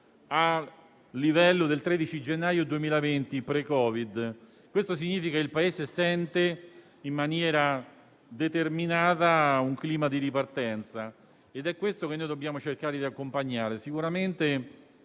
al livello del 13 gennaio 2020, in periodo *pre* Covid. Ciò significa che il Paese sente in maniera determinata un clima di ripartenza, ed è questo che noi dobbiamo cercare di accompagnare,